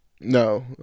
no